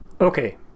Okay